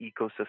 ecosystem